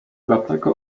dlatego